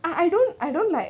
ah I don't I don't like